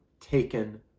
taken